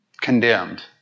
condemned